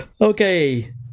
Okay